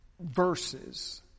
verses